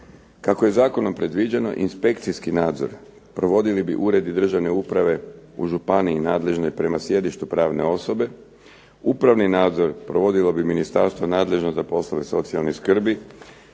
Kako je zakonom predviđeno inspekcijski nadzor provodili bi uredi državne uprave u županiji nadležnoj prema sjedištu pravne osobe. Upravni nadzor provodilo bi Ministarstvo nadležno za poslove socijalne skrbi